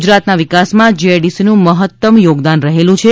ગુજરાતના વિકાસમાં જીઆઈડીસીનું મહત્તમ યોગદાન રહેલું છે